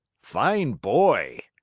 fine boy!